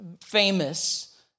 famous